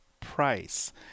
price